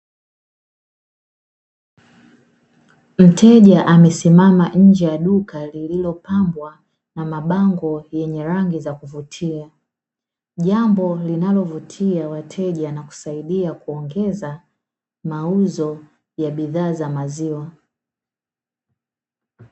Mteja amesimama nje ya duka, lililopambwa na mabango yenye rangi ya kuvutia. Jambo linalovutia wateja na kusaidia kuongeza mauzo ya bidhaa za maziwa.